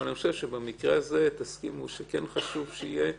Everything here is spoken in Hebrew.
אבל במקרה הזה תסכימו שכן חשוב שיהיה.